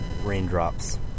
raindrops